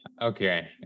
Okay